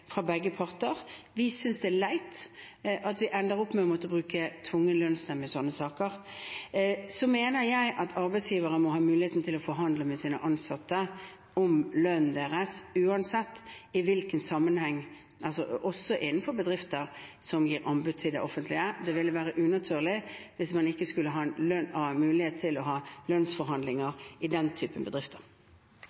parter. Vi synes det er leit at vi ender opp med å måtte bruke tvungen lønnsnemnd i sånne saker. Så mener jeg at arbeidsgivere må ha muligheten til å forhandle med sine ansatte om lønnen deres, også i bedrifter som gir anbud til det offentlige. Det ville være unaturlig hvis man ikke skulle ha en mulighet til å ha lønnsforhandlinger